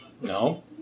No